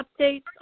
updates